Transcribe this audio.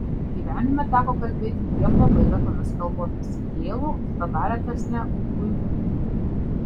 gyvenime teko kalbėti dviem labai retomis kalbomis gėlų kita dar retesne uigūrų